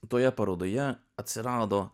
toje parodoje atsirado